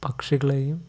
പക്ഷികളയും